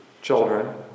children